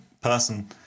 person